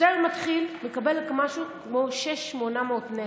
שוטר מתחיל מקבל משהו כמו 6,800 נטו.